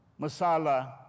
masala